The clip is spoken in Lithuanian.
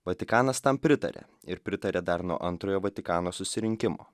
vatikanas tam pritarė ir pritarė dar nuo antrojo vatikano susirinkimo